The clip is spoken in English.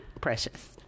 Precious